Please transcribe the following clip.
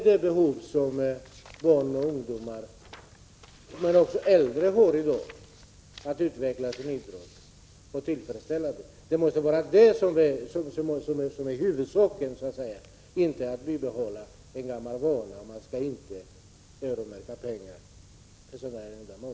Det behov som barn och ungdomar, men också äldre, i dag har av att tillfredsställa och utveckla sin idrott måste vara det som är huvudsaken, inte att bibehålla en gammal vana att inte öronmärka pengar för sådana ändamål.